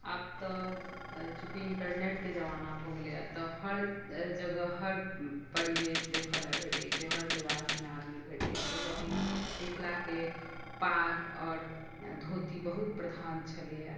आब तऽ चूँकि इन्टरनेटके जमाना भऽ गेलैए तऽ हर जगह हर परिवेश देखैलए मिलै छै हर लिबासमे आदमी भेटै छै लेकिन मिथिलाके पाग आओर धोती बहुत प्रधान छलैए